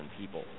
people